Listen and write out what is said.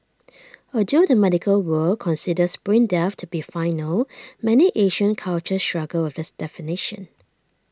although the medical world considers brain death to be final many Asian cultures struggle with this definition